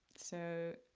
so.